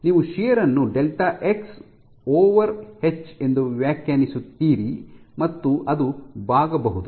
ನೀವು ಶಿಯರ್ ಅನ್ನು delta X H x h ಎಂದು ವ್ಯಾಖ್ಯಾನಿಸುತ್ತೀರಿ ಮತ್ತು ಅದು ಬಾಗಬಹುದು